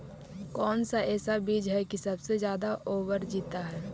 कौन सा ऐसा बीज है की सबसे ज्यादा ओवर जीता है?